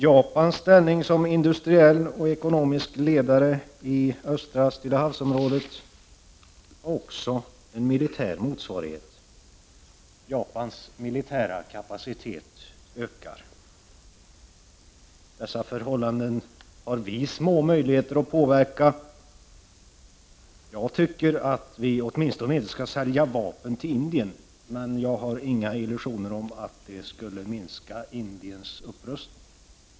Japans ställning som industriell och ekonomisk ledare i östra Stillahavsområdet har också en militär motsvarighet — Japans militära kapacitet ökar. Dessa förhål landen har vi små möjligheter att påverka. Jag tycker att vi åtminstone inte skall sälja vapen till Indien, men jag har inga illusioner om att det skulle minska takten i Indiens upprustning.